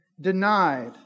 Denied